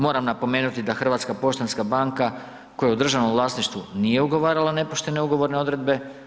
Moram napomenuti da Hrvatska poštanska banka koja je u državnom vlasništvu nije ugovarala nepoštene ugovorne odredbe.